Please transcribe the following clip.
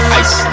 ice